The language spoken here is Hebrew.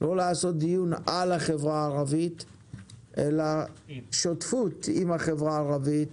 לא לעשות דיון על החברה הערבית אלא בשותפות עם החברה הערבית,